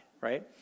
Right